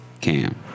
Cam